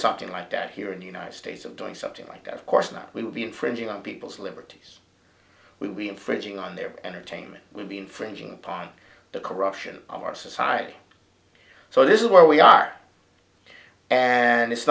something like that here in the united states of doing something like of course that we would be infringing on people's liberties we infringing on their entertainment will be infringing upon the corruption of our society so this is where we are and it's